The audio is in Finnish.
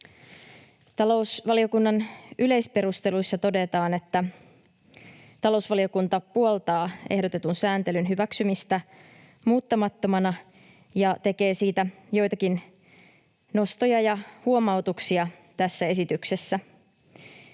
Talousvaliokunnan yleisperusteluissa todetaan, että talousvaliokunta puoltaa ehdotetun sääntelyn hyväksymistä muuttamattomana ja tekee esityksestä joitakin nostoja ja huomautuksia. Valiokunta